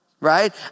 Right